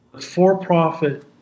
for-profit